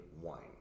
wine